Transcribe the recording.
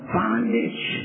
bondage